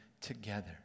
together